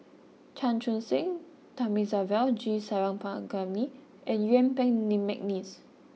Chan Chun Sing Thamizhavel G Sarangapani and Yuen Peng McNeice